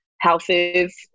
houses